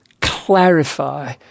clarify